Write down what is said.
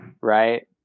Right